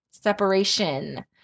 Separation